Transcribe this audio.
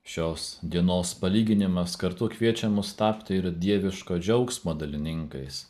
šios dienos palyginimas kartu kviečia mus tapti ir dieviško džiaugsmo dalininkais